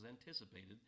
anticipated